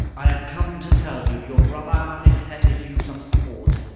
i am come to tell you your brother hath intended you some sport.